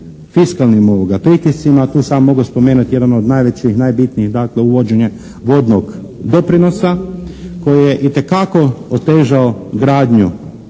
fiskalnim pritiscima. Tu samo mogu spomenuti jedan od najvećih, najbitnijih dakle uvođenje vodnog doprinosa koji je itekako otežao gradnju